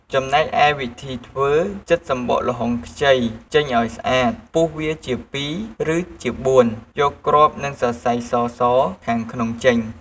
ចំណែកឯវិធីធ្វើ ចិតសម្បក ល្ហុងខ្ចី ចេញឲ្យស្អាតពុះវាជាពីរ ឬជាបួនយកគ្រាប់ និងសរសៃសៗខាងក្នុងចេញ។